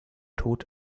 tod